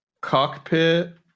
cockpit